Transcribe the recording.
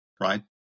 right